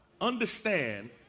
Understand